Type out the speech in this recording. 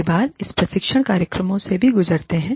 कई बार हम प्रशिक्षण कार्यक्रमों से भी गुजरते हैं